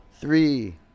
three